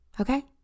Okay